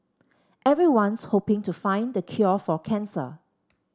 everyone's hoping to find the cure for cancer